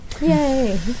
Yay